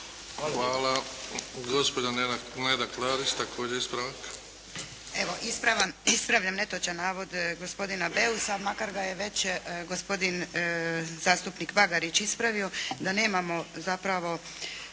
Hvala. Gospođa Neda Klarić, također ispravak.